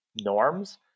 norms